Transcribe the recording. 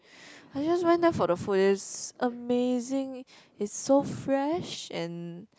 I just went there for the food is amazing is so fresh and